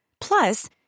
Plus